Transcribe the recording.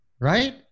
right